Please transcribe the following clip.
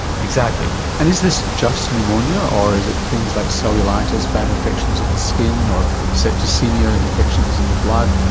exactly. and is this just pneumonia or is it things like cellulitis, bad infections of the skin or septicaemia, infections in the blood,